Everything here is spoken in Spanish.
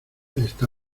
está